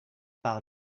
par